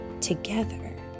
together